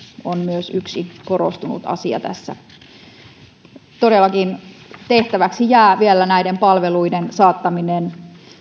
on myös yksi korostunut asia tässä tehtäväksi jää todellakin vielä näiden palveluiden saattaminen